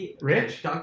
Rich